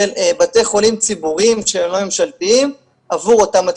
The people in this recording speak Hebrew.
בתי חולים ציבוריים שהם לא ממשלתיים עבור אותם התקנים.